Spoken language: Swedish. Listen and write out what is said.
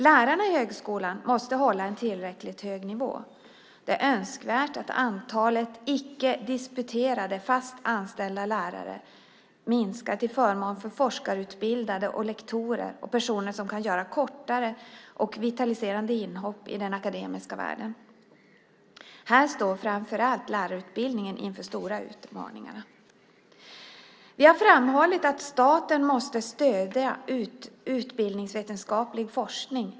Lärarna i högskolan måste hålla en tillräckligt hög nivå. Det är önskvärt att antalet icke disputerade fast anställda lärare minskar till förmån för forskarutbildade och lektorer samt personer som kan göra kortare och vitaliserande inhopp i den akademiska världen. Här står framför allt lärarutbildningen inför stora utmaningar. Vi har framhållit att staten måste stödja utbildningsvetenskaplig forskning.